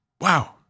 Wow